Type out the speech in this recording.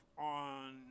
on